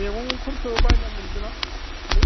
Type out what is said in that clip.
मैगंफोरखौ बायना मोनगोन ना